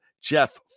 Jeff